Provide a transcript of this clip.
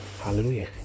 Hallelujah